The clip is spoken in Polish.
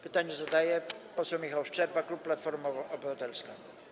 Pytanie zadaje poseł Michał Szczerba, klub Platforma Obywatelska.